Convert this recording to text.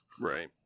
Right